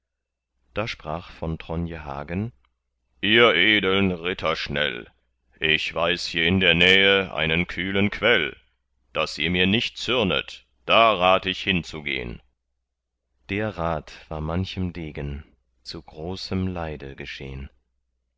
da sprach von tronje hagen ihr edeln ritter schnell ich weiß hier in der nähe einen kühlen quell daß ihr mir nicht zürnet da rat ich hinzugehn der rat war manchem degen zu großem leide geschehn